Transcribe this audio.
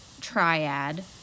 triad